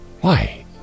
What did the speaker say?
Why